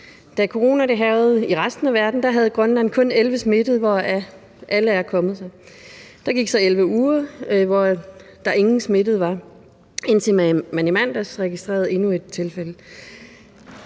Da corona hærgede i resten af verden, havde Grønland kun 11 smittede, som alle er kommet sig. Der gik så 11 uger, hvor der ingen smittede var, indtil man i mandags registrerede endnu et tilfælde.